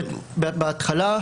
בהתחלה,